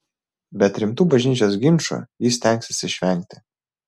bet rimtų bažnyčios ginčų ji stengsis išvengti